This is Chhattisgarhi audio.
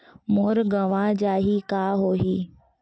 मोर गंवा जाहि का होही?